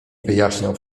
wyjaśniał